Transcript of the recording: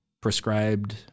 prescribed